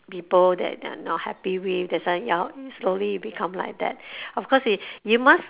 people that you're not happy with thats why slowly you become like that of course you must